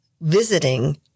visiting